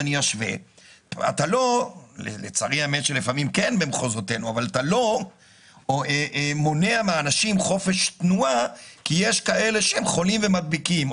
שלא נכון למנוע מאנשים חופש תנועה כי יש כאלה שהם חולים ומדביקים.